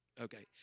Okay